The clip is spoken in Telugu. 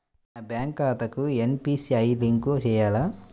నా బ్యాంక్ ఖాతాకి ఎన్.పీ.సి.ఐ లింక్ చేయాలా?